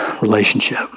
relationship